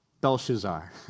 Belshazzar